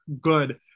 good